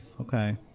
okay